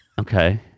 Okay